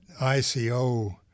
ICO